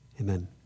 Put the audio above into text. amen